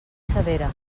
severa